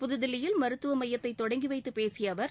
புதுதில்லியில் மருத்துவ மையத்தை தொடங்கி வைத்து பேசிய அவர்